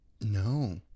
no